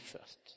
first